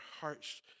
hearts